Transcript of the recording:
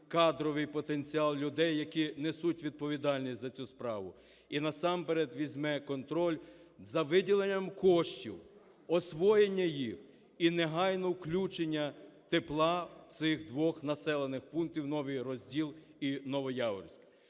кадровий потенціал людей, які несуть відповідальність за цю справу, і насамперед візьме контроль за виділенням коштів, освоєння їх і негайне включення тепла в цих двох населених пунктах – Новий Розділ і Новояворівськ.